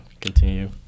continue